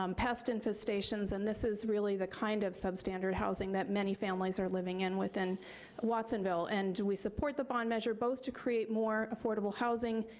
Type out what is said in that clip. um pest infestations, and this is really the kind of substandard housing that many families are living in within watsonville. and we support the bond measure both to create more affordable housing,